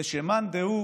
זה שמאן דהוא